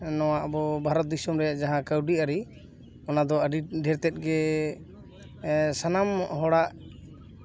ᱱᱚᱶᱟ ᱟᱵᱚ ᱵᱷᱟᱨᱚᱛ ᱫᱤᱥᱚᱢ ᱨᱮᱱᱟᱜ ᱡᱟᱦᱟᱸ ᱠᱟᱹᱣᱰᱤ ᱟᱹᱨᱤ ᱚᱱᱟᱫᱚ ᱟᱹᱰᱤ ᱰᱷᱮᱨ ᱛᱮᱫᱜᱮ ᱥᱟᱱᱟᱢ ᱦᱚᱲᱟᱜ